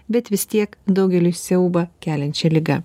bet vis tiek daugeliui siaubą keliančia liga